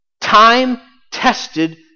time-tested